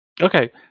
okay